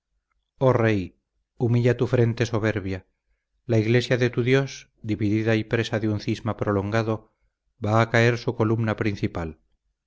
oh rey humilla tu frente soberbia la iglesia de tu dios dividida y presa de un cisma prolongado va a caer su columna principal